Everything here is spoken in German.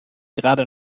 gerade